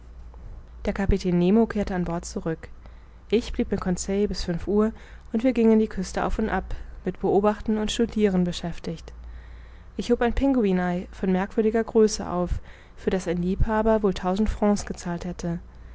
der kapitän nemo kehrte an bord zurück ich blieb mit conseil bis fünf uhr und wir gingen die küste auf und ab mit beobachten und studien beschäftigt ich hob ein pinguinei von merkwürdiger größe auf für das ein liebhaber wohl tausend francs gezahlt hätte